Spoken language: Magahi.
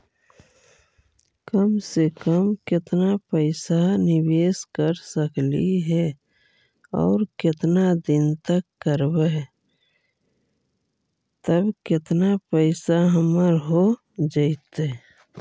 कम से कम केतना पैसा निबेस कर सकली हे और केतना दिन तक करबै तब केतना पैसा हमर हो जइतै?